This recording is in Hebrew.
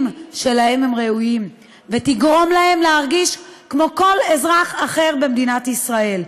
שהם ראויים להם ותגרום להם להרגיש כמו כל אזרח אחר במדינת ישראל.